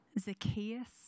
Zacchaeus